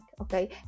okay